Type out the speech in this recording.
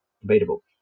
debatable